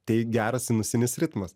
tai geras sinusinis ritmas